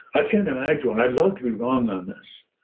i can't imagine. i love to be wrong on this,